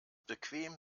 bequem